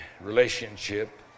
relationship